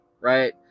right